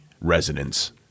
residents